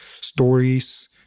stories